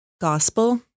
gospel